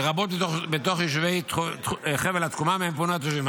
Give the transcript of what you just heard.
לרבות בתוך יישובי חבל התקומה שמהם פונו התושבים.